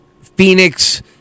Phoenix